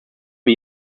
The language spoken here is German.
wir